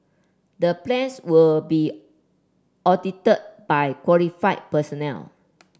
the plans will be audited by qualified personnel